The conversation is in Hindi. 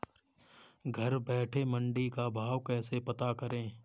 घर बैठे मंडी का भाव कैसे पता करें?